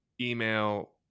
email